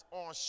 on